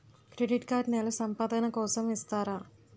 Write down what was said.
Credit card నెల సంపాదన కోసం ఇస్తారా?